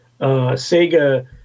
Sega